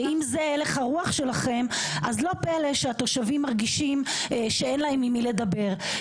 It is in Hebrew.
ואם זה הלך הרוח שלכם אז לא פלא שהתושבים מרגישים שאין להם עם מי לדבר.